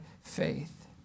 faith